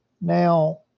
Now